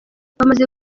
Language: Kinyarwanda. bamaze